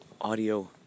audio